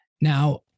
Now